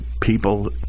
people